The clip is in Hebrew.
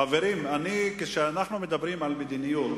כשאנחנו מדברים על מדיניות,